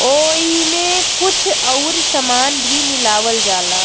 ओइमे कुछ अउरी सामान भी मिलावल जाला